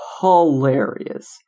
hilarious